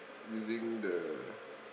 using the